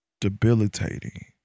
debilitating